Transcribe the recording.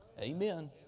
Amen